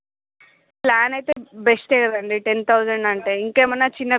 plan అయితే బెస్టే కదండి టెన్ థౌసండ్ అంటే ఇంకేమైనా చిన్న ప్లాన్స్ ఉన్నాయా